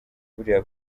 buriya